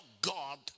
God